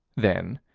then,